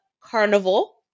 carnival